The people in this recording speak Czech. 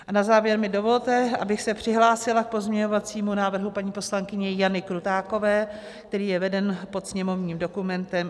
A na závěr mi dovolte, abych se přihlásila k pozměňovacímu návrhu paní poslankyně Jany Krutákové, který je veden pod sněmovním dokumentem 6634.